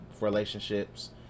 relationships